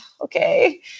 okay